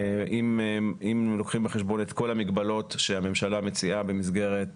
אם לוקחים בחשבון את כל המגבלות שהממשלה מציעה במסגרת